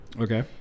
Okay